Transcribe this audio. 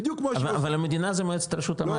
בדיוק כמו שהיא עושה --- אבל המדינה זה מועצת רשות המים,